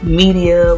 media